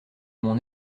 mon